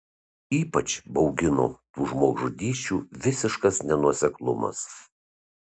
ypač baugino tų žmogžudysčių visiškas nenuoseklumas